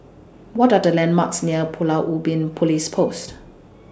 What Are The landmarks near Pulau Ubin Police Post